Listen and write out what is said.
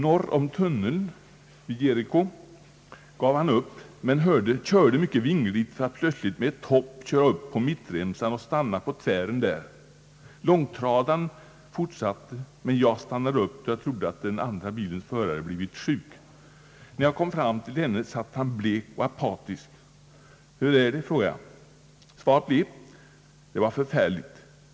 Norr om tunneln, vid Jeriko, gav föraren upp sina omkörningsförsök men körde mycket vingligt för att plötsligt med ett hopp köra upp på mittremsan och stanna på tvären där. Långtradaren fortsatte men jag stannade, då jag trodde att den andra bilens förare blivit sjuk. När jag kom fram till denne satt han blek och apatisk. Hur är det, frågade jag. Svaret blev: »Det var förfärligt.